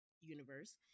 universe